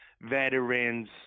veterans